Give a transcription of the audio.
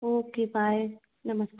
okay bye नमस्ते